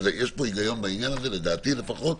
יש פה היגיון בעניין הזה, לדעתי לפחות,